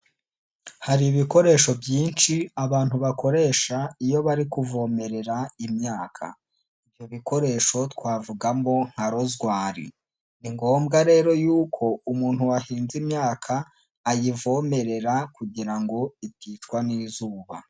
Hari ibikoresho byinshi abantu bakoresha iyo bari kuvomerera imyaka, ibyo bikoresho twavugamo nka rozwari, ni ngombwa rero y'uko umuntu wahinze imyaka, ayivomerera kugira ngo iticwa n'izuba.